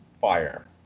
fire